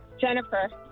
Jennifer